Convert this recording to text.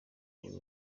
buri